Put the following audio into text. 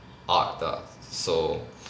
art ah so